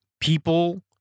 people